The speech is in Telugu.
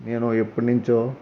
నేను ఎప్పుడునుంచో